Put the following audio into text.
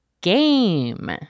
GAME